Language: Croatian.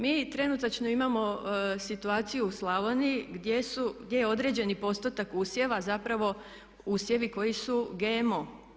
Mi trenutačno imamo situaciju u Slavoniji gdje su, gdje je određeni postotak usjeva zapravo usjevi koji su GMO.